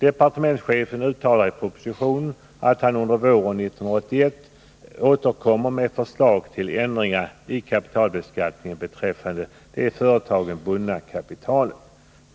Departementschefen uttalar i propositionen att han under våren skall återkomma med förslag till ändring i beskattningen av det i företagen bundna kapitalet.